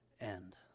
end